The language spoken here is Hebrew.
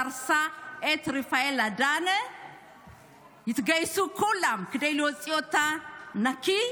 דרסה את רפאל אדנה וכולם התגייסו להוציא אותה נקייה.